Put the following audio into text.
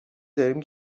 داریم